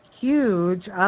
huge